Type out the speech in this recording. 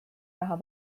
raha